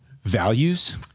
values